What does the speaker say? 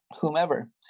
whomever